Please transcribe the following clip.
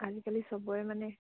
আজিকালি চবৰে মানে